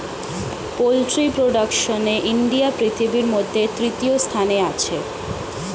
poultry প্রোডাকশনে India পৃথিবীর মধ্যে তৃতীয় স্থানে আছে